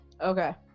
Okay